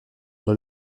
dans